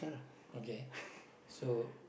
okay so